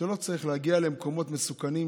שלא צריך להגיע למקומות מסוכנים,